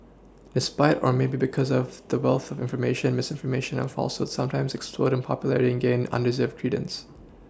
despite or maybe because of the wealth of information misinformation and falsehoods sometimes explode in popular ring gain undeserved credence